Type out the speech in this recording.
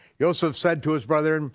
yoseph said to his brethren,